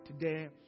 today